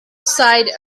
side